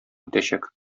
итәчәк